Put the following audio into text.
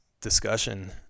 discussion